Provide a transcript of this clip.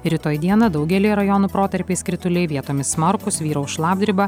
rytoj dieną daugelyje rajonų protarpiais krituliai vietomis smarkūs vyraus šlapdriba